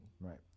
Right